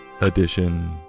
Edition